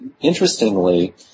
interestingly